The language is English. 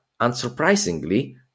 unsurprisingly